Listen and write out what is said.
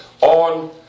on